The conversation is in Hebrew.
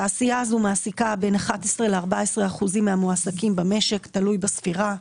התעשייה הזו מעסיקה בין 11% ל-14% מהמועסקים במשק תלוי בספירה.